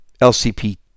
LCP